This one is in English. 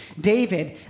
David